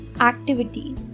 Activity